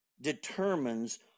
determines